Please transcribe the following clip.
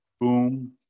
boom